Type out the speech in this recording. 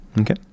Okay